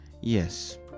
Yes